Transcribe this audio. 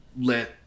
let